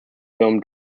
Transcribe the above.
film